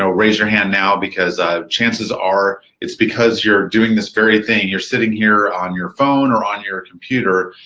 so raise your hand now because ah chances are, it's because you're doing this very thing. you're sitting here on your phone, or on your computer,